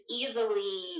easily